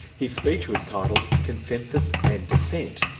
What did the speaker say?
his speech was titled consensus and dissent.